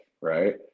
right